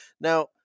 Now